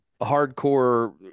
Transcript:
hardcore